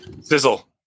Sizzle